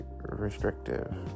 restrictive